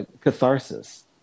catharsis